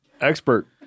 expert